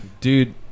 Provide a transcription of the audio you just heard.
Dude